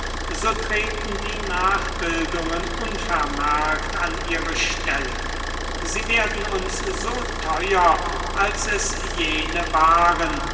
so treten die nachbildungen unvermerkt an ihre stelle sie werden uns so teuer als es jene waren